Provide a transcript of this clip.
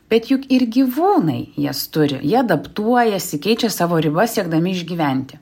bet juk ir gyvūnai jas turi jie adaptuojasi keičia savo ribas siekdami išgyventi